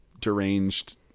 Deranged